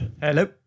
Hello